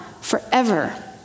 forever